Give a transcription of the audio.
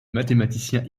mathématicien